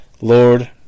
Lord